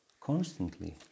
constantly